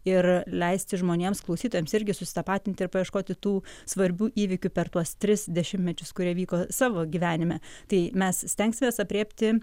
ir leisti žmonėms klausytojams irgi susitapatinti ir paieškoti tų svarbių įvykių per tuos tris dešimtmečius kurie vyko savo gyvenime tai mes stengsimės aprėpti